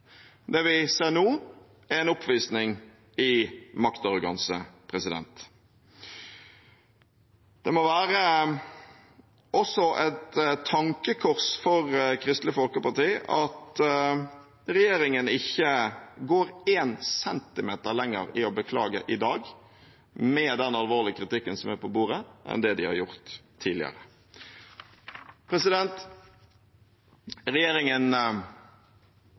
Det vi ser nå, er en oppvisning i maktarroganse. Det må også være et tankekors for Kristelig Folkeparti at regjeringen ikke går én centimeter lenger i å beklage i dag, med den alvorlige kritikken som er på bordet, enn det de har gjort tidligere. Regjeringen